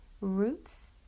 roots